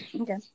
Okay